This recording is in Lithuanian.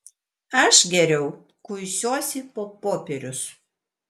aš geriau kuisiuosi po popierius